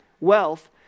wealth